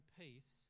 peace